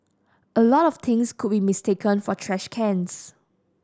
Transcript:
a lot of things could be mistaken for trash cans